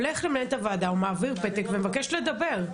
הולך למנהלת הוועדה או מעביר פתק ומבקש לדבר.